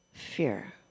Fear